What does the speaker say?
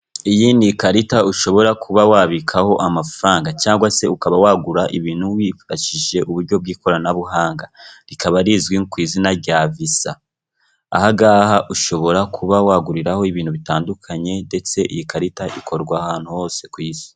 Iyi ni ikarita ushobora kuba wabikaho amafaranga cyangwa se ukaba wagura ibintu wifashishije uburyo bw'ikoranabuhanga, rikaba rizwi ku izina rya viza. Aha ngaha ushobora kuba waguriraho ibintu bitandukanye ndetse iyi karita ikorwa ahantu hose ku isi.